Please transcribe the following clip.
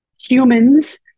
humans